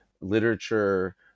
literature